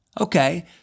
Okay